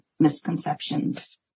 misconceptions